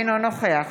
אינו נוכח